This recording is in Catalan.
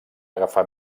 agafar